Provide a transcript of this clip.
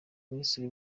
ministri